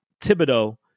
Thibodeau